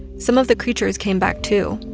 some of the creatures came back, too.